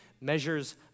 measures